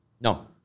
No